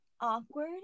awkward